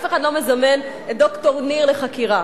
אף אחד לא מזמן את ד"ר ניר לחקירה.